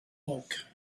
bulk